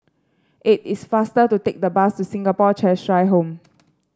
it is faster to take the bus to Singapore Cheshire Home